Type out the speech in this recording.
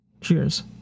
Cheers